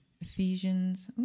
Ephesians